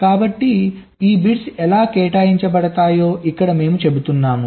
కాబట్టి ఈ బిట్స్ ఎలా కేటాయించబడతాయో ఇక్కడ మేము చెబుతున్నాము